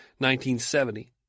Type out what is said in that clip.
1970